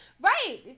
Right